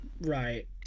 Right